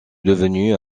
devenue